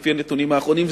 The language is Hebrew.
לפי הנתונים האחרונים,